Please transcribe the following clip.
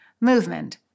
movement